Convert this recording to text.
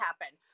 happen